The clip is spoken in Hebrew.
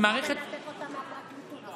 אבל למה לנתק אותם מהפרקליטות?